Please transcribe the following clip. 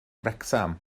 wrecsam